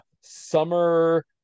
summer